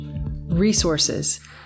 resources